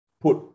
put